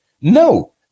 No